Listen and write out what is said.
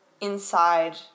inside